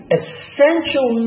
essential